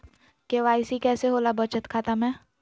KYC कैसे होला बचत खाता में?